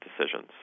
decisions